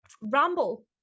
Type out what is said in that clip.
ramble